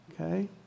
Okay